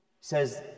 says